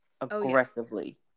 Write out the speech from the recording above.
aggressively